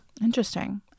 Interesting